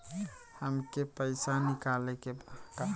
हमके पैसा निकाले के बा